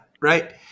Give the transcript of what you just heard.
Right